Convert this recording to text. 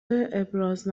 ابراز